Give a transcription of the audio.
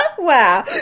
Wow